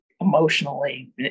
emotionally